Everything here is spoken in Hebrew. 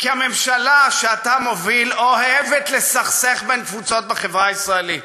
כי הממשלה שאתה מוביל אוהבת לסכסך בין קבוצות בחברה הישראלית,